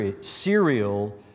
serial